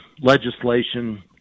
legislation